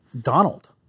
Donald